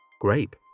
Grape